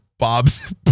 Bob's